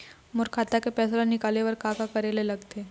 मोर खाता के पैसा ला निकाले बर का का करे ले लगथे?